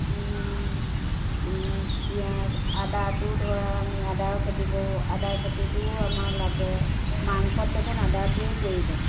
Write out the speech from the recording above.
পিয়াঁজ আদাটোও ধৰা আমি আদাও খেতি কৰোঁ আদা খেতিটোও আমাৰ লাগে মাংসত দেখোন আদাটোৱে প্ৰয়োজন